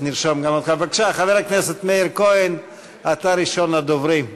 בבקשה, חבר הכנסת מאיר כהן, אתה ראשון הדוברים.